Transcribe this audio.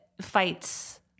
fights